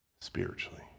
spiritually